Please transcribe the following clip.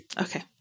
Okay